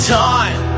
time